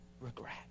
regret